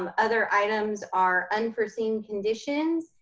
um other items are unforeseen conditions.